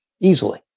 easily